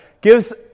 gives